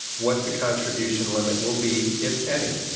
what the contribution limit will be, if any,